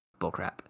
Bullcrap